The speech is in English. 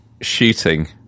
shooting